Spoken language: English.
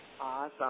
Awesome